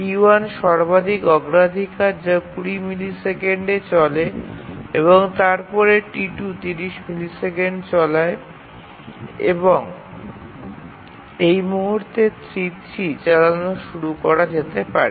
T1 সর্বাধিক অগ্রাধিকার যা ২০ মিলিসেকেন্ডে চলে এবং তারপরে T2 ৩০ মিলিসেকেন্ডে চালায় এবং এই মুহুর্তে T3 চালানো শুরু করতে পারে